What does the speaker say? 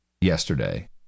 yesterday